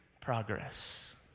progress